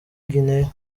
guinea